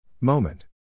Moment